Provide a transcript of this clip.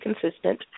consistent